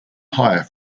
higher